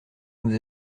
nous